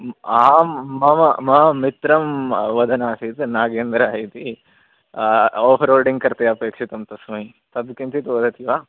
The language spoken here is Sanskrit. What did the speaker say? आम् मम मम मित्रं वदन् आसीत नागेन्द्रः इति आफ्रोडिङ्ग कृते अपेक्षितं तस्मै तद् किञ्चित् वदति वा